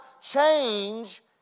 change